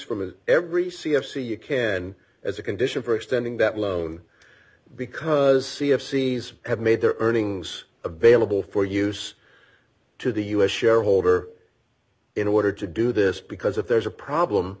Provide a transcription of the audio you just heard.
from every c f c you can as a condition for extending that loan because c f c s have made their earnings available for use to the u s shareholder in order to do this because if there's a problem